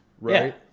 right